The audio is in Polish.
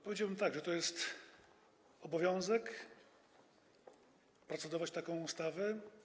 Powiedziałbym tak: to jest obowiązek procedować nad taką ustawą.